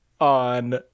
on